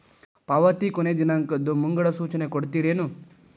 ಪಾವತಿ ಕೊನೆ ದಿನಾಂಕದ್ದು ಮುಂಗಡ ಸೂಚನಾ ಕೊಡ್ತೇರೇನು?